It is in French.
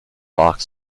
park